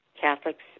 Catholics